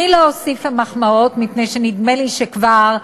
אני לא אוסיף למחמאות, מפני שנדמה לי שכבר,